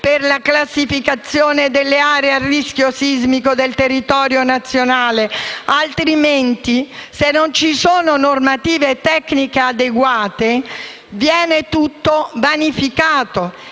per la classificazione delle aree a rischio sismico del territorio nazionale. Altrimenti, se non ci sono adeguate normative tecniche, tutto viene vanificato.